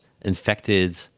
infected